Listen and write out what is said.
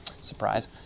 Surprise